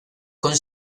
con